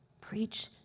Preach